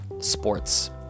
sports